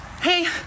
Hey